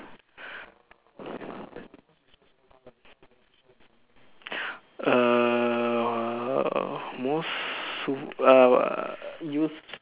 err most uh